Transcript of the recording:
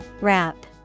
Wrap